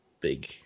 big